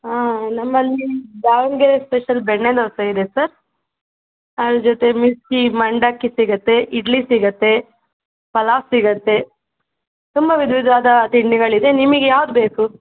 ಹಾಂ ನಮ್ಮಲ್ಲಿ ದಾವಣಗೆರೆ ಸ್ಪೆಷಲ್ ಬೆಣ್ಣೆ ದೋಸೆ ಇದೆ ಸರ್ ಅದರ ಜೊತೆ ಮಿರ್ಚಿ ಮಂಡಕ್ಕಿ ಸಿಗತ್ತೆ ಇಡ್ಲಿ ಸಿಗತ್ತೆ ಪಲಾವ್ ಸಿಗತ್ತೆ ತುಂಬ ವಿಧ ವಿಧವಾದ ತಿಂಡಿಗಳಿದೆ ನಿಮಗ್ಯಾವ್ದು ಬೇಕು